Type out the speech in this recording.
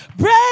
Break